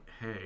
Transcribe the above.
hey